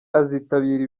azitabira